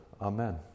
amen